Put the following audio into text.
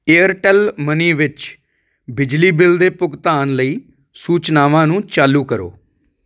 Airtel money ਵਿੱਚ ਬਿਜਲੀ bill ਦੇ ਭੁਗਤਾਨ ਲਈ ਸੂਚਨਾਵਾਂ ਨੂੰ ਚਾਲੂ ਕਰੋ